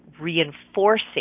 reinforcing